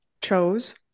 chose